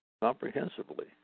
comprehensively